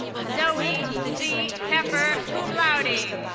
zoe c keffer, cum laude.